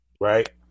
right